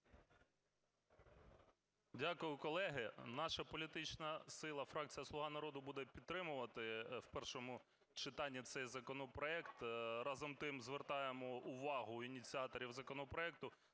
Дякую, колеги. Наша політична сила, фракція "Слуга народу", буде підтримувати в першому читанні цей законопроект. Разом з тим, звертаємо увагу ініціаторів законопроекту